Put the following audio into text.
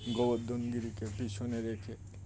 গোবর্ধনগিরিকে পি সনেরেকে